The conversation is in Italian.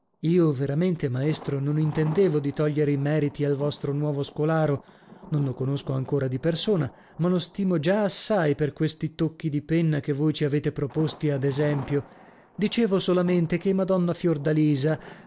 io veramente maestro non intendevo di togliere i meriti al vostro nuovo scolaro non lo conosco ancora di persona ma lo stimo già assai per questi tocchi di penna che voi ci avete proposti ad esempio dicevo solamente che madonna